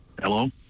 Hello